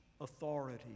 authority